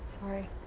Sorry